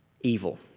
evil